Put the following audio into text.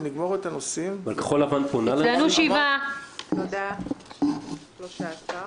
הצבעה הבקשה אושרה.